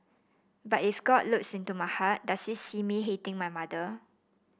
but if God looks into my heart does he see me hating my mother